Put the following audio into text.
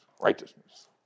righteousness